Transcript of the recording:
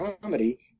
comedy